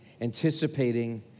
anticipating